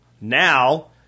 Now